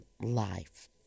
life